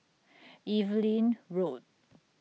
Evelyn Road